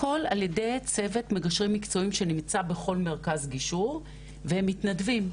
הכול על ידי צוות מגשרים מקצועיים שנמצא בכל מרכז גישור והם מתנדבים,